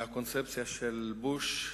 מהקונספציה של בוש,